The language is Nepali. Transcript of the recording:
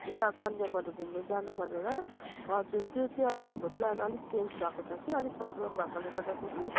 उता कन्यामहरू घुम्नु जानु भनेर हजुर त्यो चाहिँ अहिले हाम्रो प्लान अलिक चेन्ज भएको छ कि अलिक प्रब्लम भएकोले गर्दाखेरि